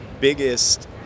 biggest